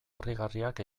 harrigarriak